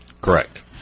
Correct